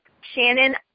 Shannon